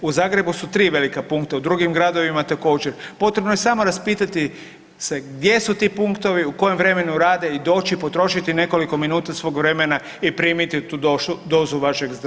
U Zagrebu su tri velika punkta u drugim gradovima također, potrebno je samo raspitati se gdje su ti punktovi, u kojem vremenu rade i doći i potrošiti nekoliko minuta svog vremena i primiti tu dozu vašeg zdravlja.